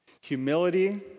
humility